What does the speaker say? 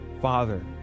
father